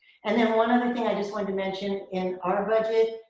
and then, one other thing i just wanted to mention, in our budget,